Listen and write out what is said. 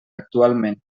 actualment